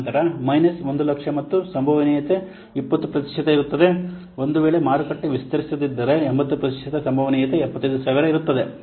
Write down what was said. ನಂತರ ಮೈನಸ್ 100000 ಮತ್ತು ಸಂಭವನೀಯತೆ 20 ಪ್ರತಿಶತ ಇರುತ್ತದೆ ಒಂದುವೇಳೆ ಮಾರುಕಟ್ಟೆ ವಿಸ್ತರಿಸದಿದ್ದರೆ 80 ಪ್ರತಿಶತ ಸಂಭವನೀಯತೆ 75000 ಇರುತ್ತದೆ